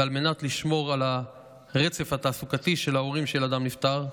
ועל מנת לשמור על הרצף התעסוקתי של ההורים של אדם נפטר,